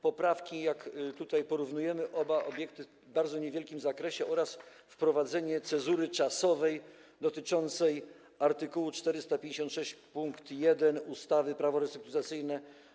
Poprawki, jak tutaj porównujemy oba te obiekty, mają bardzo niewielki zakres, mamy też wprowadzenie cezury czasowej dotyczącej art. 456 pkt 1 ustawy Prawo restrukturyzacyjne.